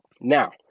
Now